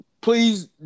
please